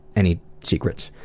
any secrets.